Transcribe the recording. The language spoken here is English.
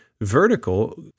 vertical